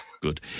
good